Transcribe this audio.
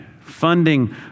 funding